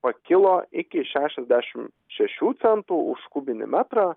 pakilo iki šešiasdešimt šešių centų už kubinį metrą